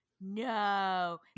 No